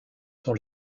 sur